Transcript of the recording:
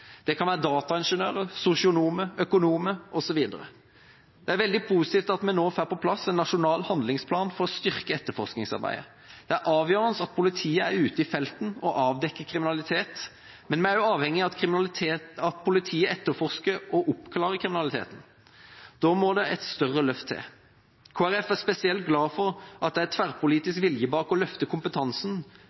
Det kan være dataingeniører, sosionomer, økonomer osv. Det er veldig positivt at vi nå får på plass en nasjonal handlingsplan for å styrke etterforskningsarbeidet. Det er avgjørende at politiet er ute i felten og avdekker kriminalitet, men vi er også avhengig av at politiet etterforsker og oppklarer kriminaliteten. Da må det et større løft til. Kristelig Folkeparti er spesielt glad for at det er tverrpolitisk vilje bak å løfte kompetansen